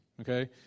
okay